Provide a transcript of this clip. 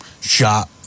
Shot